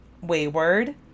Wayward